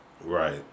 Right